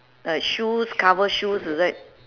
uh shoes cover shoes is it